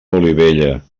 olivella